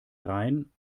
rhein